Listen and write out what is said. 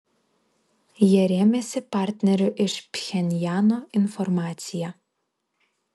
jie rėmėsi partnerių iš pchenjano informacija